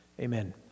Amen